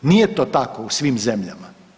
Nije to tako u svim zemljama.